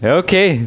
okay